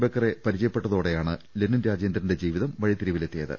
ബക്കറെ പരിചയപ്പെട്ടതോടെയാണ് ലെനിൻ രാജേ ന്ദ്രന്റെ ജീവിതം വഴിത്തിരിവിലെത്തിയത്